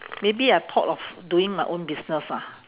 maybe I thought of doing my own business ah